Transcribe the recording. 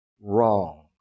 wrong